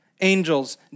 Angels